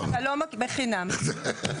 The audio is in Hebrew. אז קחו את זה